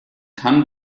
kann